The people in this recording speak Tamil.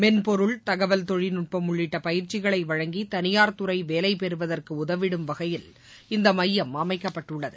மென்பொருள் தகவல் தொழில்நுட்பம் உள்ளிட்ட பயிற்சிகளை வழங்கி தனியார் துறை வேலை பெறுவதற்கு உதவிடும் வகையில் இந்த மையம் அமைக்கப்பட்டுள்ளது